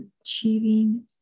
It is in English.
achieving